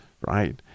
right